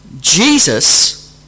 Jesus